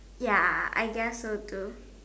ya I guess so too